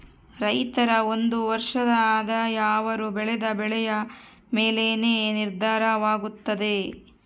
ರೈತರ ಒಂದು ವರ್ಷದ ಆದಾಯ ಅವರು ಬೆಳೆದ ಬೆಳೆಯ ಮೇಲೆನೇ ನಿರ್ಧಾರವಾಗುತ್ತದೆ